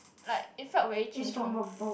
like it felt very Ching Chong